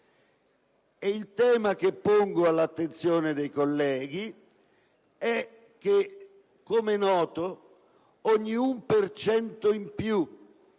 Il tema che pongo all'attenzione dei colleghi è che, come noto, ogni aumento